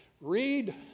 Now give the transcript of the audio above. Read